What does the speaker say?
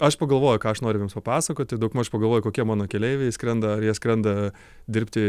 aš pagalvoju ką aš noriu jiems papasakoti daugmaž pagalvoju kokie mano keleiviai skrenda ar jie skrenda dirbti